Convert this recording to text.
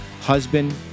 husband